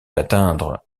atteindre